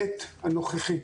העת הנוכחית